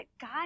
God